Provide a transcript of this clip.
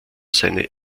seine